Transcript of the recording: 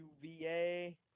UVA